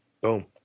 Boom